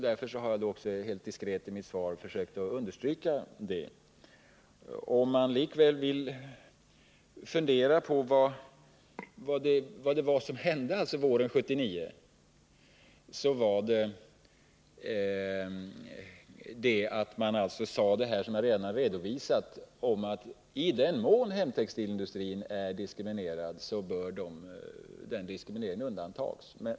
Därför har jag i mitt svar helt diskret försökt understryka det. Det som hände våren 1979 var för det första att utskottet anförde det som jag nyss har redovisat, nämligen att i den mån hemtextilindustrin är diskriminerad bör den diskrimineringen undanröjas.